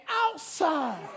outside